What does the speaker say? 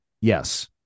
Yes